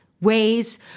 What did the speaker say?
ways